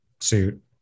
suit